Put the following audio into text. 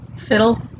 Fiddle